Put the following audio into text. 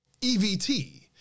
EVT